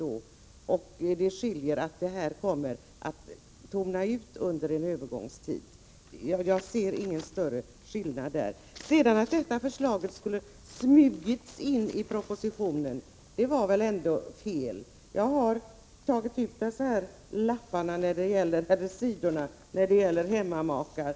Det som skiljer är att grundbeloppet sedan kommer att tona ut under en övergångstid. Att påstå att detta förslag skulle ha smugits in i propositionen är väl ändå fel. Jag har tagit med mig de sidor i propositionen som gäller hemmamakar.